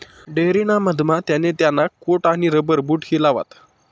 dairy ना मधमा त्याने त्याना कोट आणि रबर बूट हिलावात